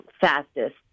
fastest